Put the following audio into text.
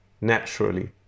naturally